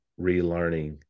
relearning